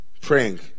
praying